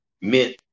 Meant